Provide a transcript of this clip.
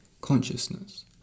consciousness